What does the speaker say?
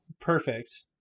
Perfect